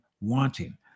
wanting